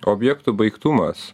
objektų baigtumas